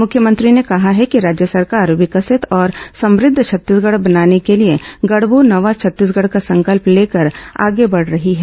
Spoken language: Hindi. मुख्यमंत्री ने कहा है कि राज्य सरकार विकसित और समृद्ध छत्तीसगढ़ बनाने के लिए गढ़बो नवा छत्तीसगढ का संकल्प लेकर आगे बढ़ रही है